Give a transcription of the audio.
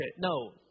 No